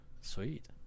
sweet